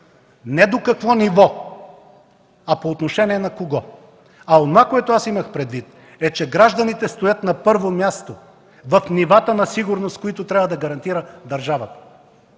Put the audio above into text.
не до какво ниво, а по отношение на кого. Онова, което аз имах предвид, е, че гражданите стоят на първо място в нивата на сигурност, които трябва да гарантира държавата.